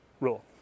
rule